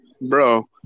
Bro